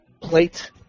plate